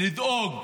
ולדאוג